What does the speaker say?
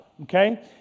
Okay